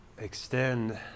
extend